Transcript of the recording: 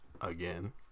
again